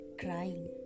crying